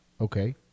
Okay